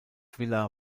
villa